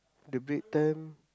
the break time